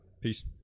Peace